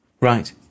Right